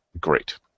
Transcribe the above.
great